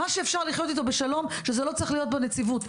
מה שאפשר לחיות איתו בשלום זה לא צריך להיות בנציבות.